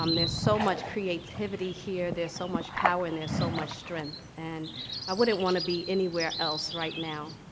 um there's so much creativity here, there's so much power, and there's so much strength. and i wouldn't want to be anywhere else right now.